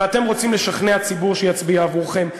ואתם רוצים לשכנע ציבור שיצביע עבורכם,